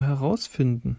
herausfinden